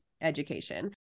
education